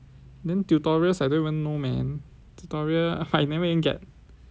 then tutorials I don't even know man tutorial I never even get